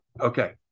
Okay